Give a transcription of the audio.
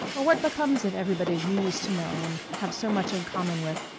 or what becomes of everybody you used to know and have so much in common with?